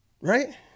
right